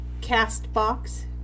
Castbox